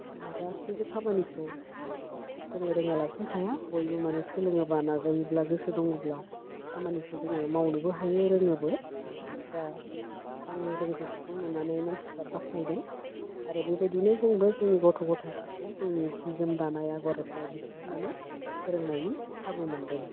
माने गासैबो खामानिखौ जोङो रोङालासिनो थाया बयबो माने सोलोङोबा नाजायोब्ला गोसो दङब्ला खामानिखौ जोङो मावनोबो हायो रोङोबो दा आंनि रोंगौथिखौ नुनानै मानसिफ्रा बाख्नायदों आरो बेबायदिनो जोंबो जोंनि गथ' गथायफोरखौ जोंनि जि जोम दानाय आग'र एरनाय बेफोरखौ मानो फोरोंनायनि खाबु मोन्दों